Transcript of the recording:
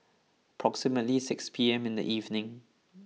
approximately six P M in the evening